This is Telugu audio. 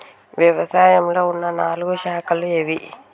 వ్యవసాయంలో ఉన్న నాలుగు శాఖలు ఏవి?